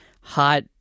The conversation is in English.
hot